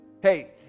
Hey